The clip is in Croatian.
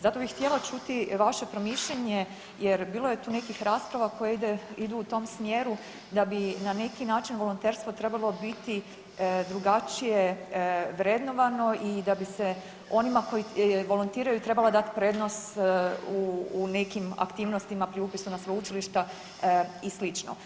Zato bi htjela čuti vaše promišljanje jer bilo je tu nekih rasprava koje idu u tom smjeru da bi na neki način volonterstvo trebalo biti drugačije vrednovano i da bi se onima koji volontiraju trebala dati prednost u nekim aktivnostima pri upisu na sveučilišta i slično.